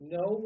no